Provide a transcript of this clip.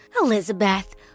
Elizabeth